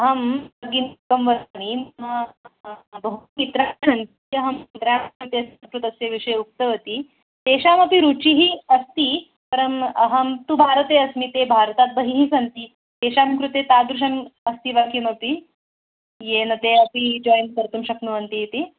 अहं गीतं वदामि मम बहु मित्राणि सन्ति अहं मित्रं तस्य विषये उक्तवती तेषामपि रुचिः अस्ति परम् अहं तु भारते अस्मि ते भारतात् बहिः सन्ति तेषां कृते तादृशम् अस्ति वा किमपि येन ते अपि जायिन् कर्तुं शक्नुवन्ति इति